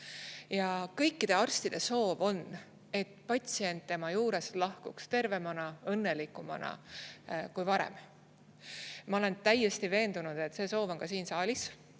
Kõikide arstide soov on, et patsient tema juurest lahkuks tervemana, õnnelikumana kui varem. Ma olen täiesti veendunud, et see soov on ka siin saalis,